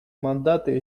мандаты